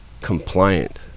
compliant